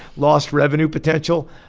lost revenue potential,